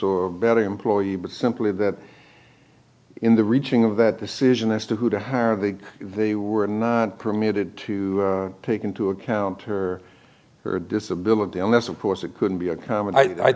or better employee but simply that in the reaching of that decision as to who to hire they they were not permitted to take into account her her disability unless of course it couldn't be a